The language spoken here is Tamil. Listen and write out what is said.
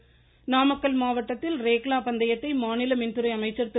ரேக்ளா நாமக்கல் மாவட்டத்தில் ரேக்ளா பந்தயத்தை மாநில மின்துறை அமைச்சர் திரு